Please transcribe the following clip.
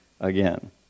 again